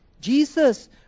Jesus